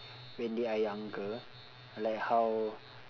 when they are younger like how